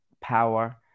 power